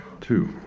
Two